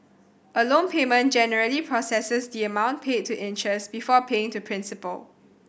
a loan payment generally processes the amount paid to interest before paying to principal